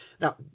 Now